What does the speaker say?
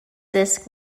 disc